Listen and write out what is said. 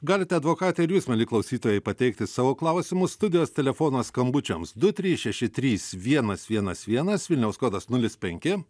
galite advokatei ir jūs mieli klausytojai pateikti savo klausimus studijos telefonas skambučiams du trys šeši trys vienas vienas vienas vilniaus kodas nulis penki